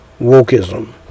Wokeism